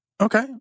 Okay